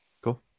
Cool